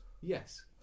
Yes